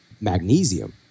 magnesium